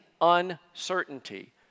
uncertainty